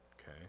Okay